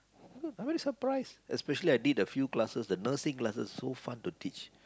i'm very surprised especially I did a few classes the nursing classes so fun to teach